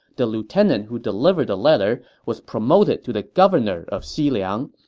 the lieutenant who delivered the letter was promoted to the governor of xiliang,